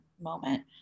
moment